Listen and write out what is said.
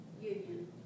Union